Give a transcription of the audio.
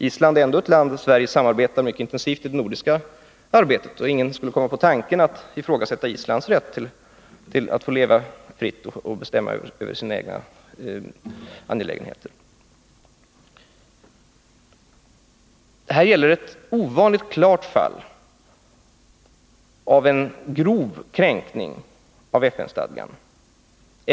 Island är ändå ett land som Sverige samarbetar mycket intensivt med inom ramen för det nordiska samarbetet. Ingen skulle komma på tanken att ifrågasätta Islands rätt att leva fritt och bestämma över sina egna angelägenheter. Det här är ett ovanligt klart fall av en grov kränkning av FN-stadgan.